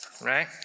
right